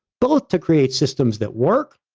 both to create systems that work,